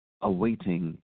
awaiting